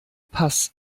pass